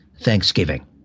Thanksgiving